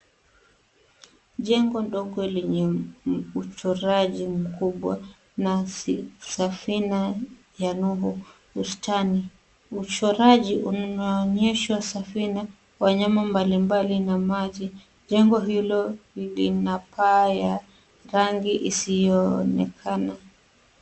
Jengo ndogo lenye uchoraji mkubwa na safina ya Nuhu ustani. Uchoraji unaonyeshwa safina, wanyama mbalimbali na maji. Jengo hilo lina paa ya rangi isiyoonekana.